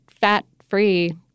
fat-free